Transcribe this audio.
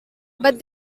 but